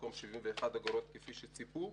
במקום 71 אגורות כפי שציפו.